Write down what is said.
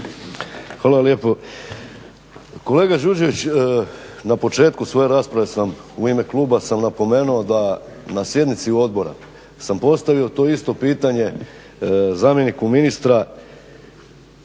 Hvala lijepo. Kolega Đurđević, na početku svoje rasprave sam u ime kluba sam napomenuo da na sjednici odbora sam postavio to isto pitanje zamjeniku ministra